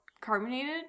carbonated